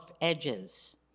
edges